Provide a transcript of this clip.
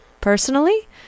personally